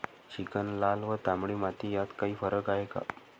Chicken, लाल व तांबडी माती यात काही फरक आहे का?